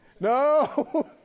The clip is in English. no